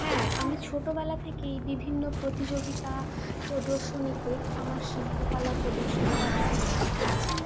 হ্যাঁ আমি ছোটবেলা থেকেই বিভিন্ন প্রতিযোগিতা প্রদর্শনীতে আমার শিল্পকলা প্রদর্শন করার চেষ্টা করেছি